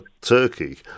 Turkey